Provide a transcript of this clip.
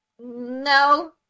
No